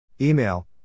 Email